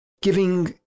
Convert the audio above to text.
giving